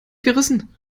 gerissen